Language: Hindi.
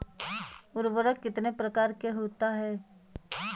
उर्वरक कितनी प्रकार के होता हैं?